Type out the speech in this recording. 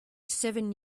seven